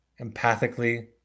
empathically